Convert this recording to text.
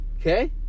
okay